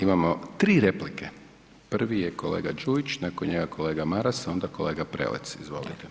Imamo 3 replike, prvi je kolega Đujić, nakon njega kolega Maras, onda kolega Prelec, izvolite.